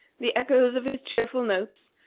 the echoes of his cheerful notes,